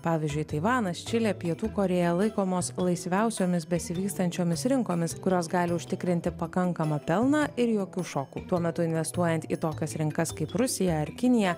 pavyzdžiui taivanas čilė pietų korėja laikomos laisviausiomis besivystančiomis rinkomis kurios gali užtikrinti pakankamą pelną ir jokių šokų tuo metu investuojant į tokias rinkas kaip rusija ar kinija